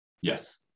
Yes